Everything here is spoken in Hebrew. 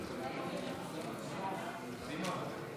נמנעים.